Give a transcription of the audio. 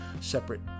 separate